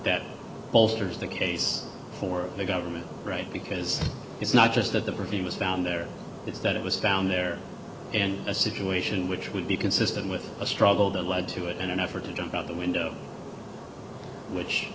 that bolsters the case for the government right because it's not just that the perfume was found there it's that it was down there in a situation which would be consistent with a struggle that led to it in an effort to jump out the window which